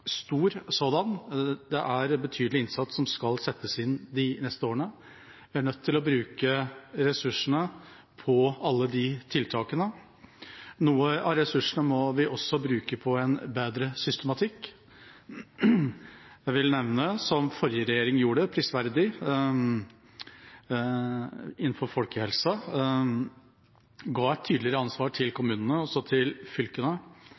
stor sådan – og det er en betydelig innsats som skal settes inn de neste årene. Vi er nødt til å bruke ressursene på alle de tiltakene. Noe av ressursene må vi også bruke på en bedre systematikk. Jeg vil nevne det forrige regjering gjorde – prisverdig – innenfor folkehelse, ved å gi et tydeligere ansvar til kommunene, og også til fylkene,